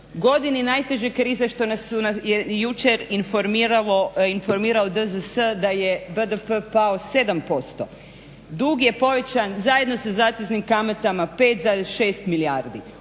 2009.godini najteže krize što nas je jučer informirao DZS da je BDP pao 7%, dug je povećan zajedno sa zateznim kamatama 5,6 milijardi